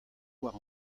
war